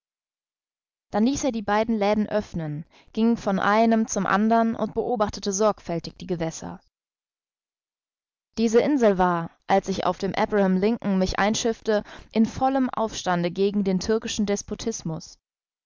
dann ließ er die beiden läden öffnen ging von einem zum andern und beobachtete sorgfältig die gewässer diese insel war als ich auf dem abraham lincoln mich einschiffte in vollem aufstande gegen den türkischen despotismus